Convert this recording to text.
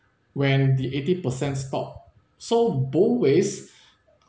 when the eighty percent stop so both ways